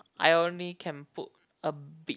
I only can put a bit